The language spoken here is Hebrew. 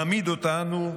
מעמיד אותנו לדין,